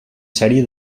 sèrie